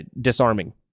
disarming